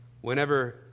whenever